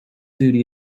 duty